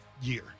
year